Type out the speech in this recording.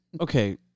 okay